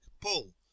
pull